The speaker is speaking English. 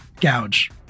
gouge